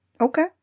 Okay